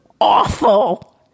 awful